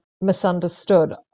misunderstood